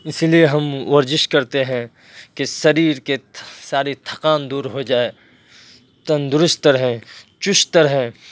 اسی لیے ہم ورزش کرتے ہیں کہ شریر کی ساری تھکان دور ہو جائے تندرست رہیں چست رہیں